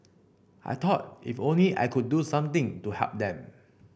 I thought if only I could do something to help them